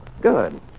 Good